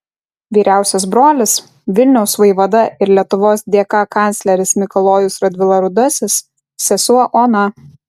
vyriausias brolis vilniaus vaivada ir lietuvos dk kancleris mikalojus radvila rudasis sesuo ona